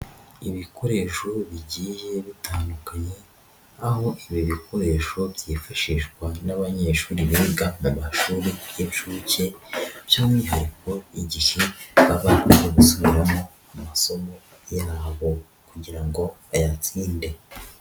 Ibikoresho bigiye bitandukanye aho ibi bikoresho byifashishwa n'abanyeshuri biga mu mashuri y'inshuke, by'umwihariko igihe baba bari gusubiramo amasomo yabo kugira ngo bayatsinde.